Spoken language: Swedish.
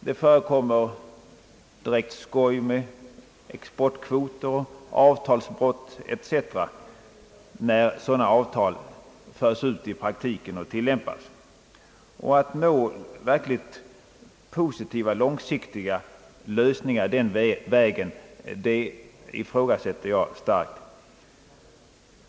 Det förekommer direkt skoj med exportkvoter och avtalsbrott etc. när sådana avtal förs ut i praktiken och skall tillämpas. Jag ifrågasätter starkt möjligheten att nå verkligt positiva långsiktiga lösningar den vägen.